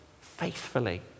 faithfully